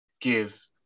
give